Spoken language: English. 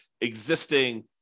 existing